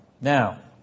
now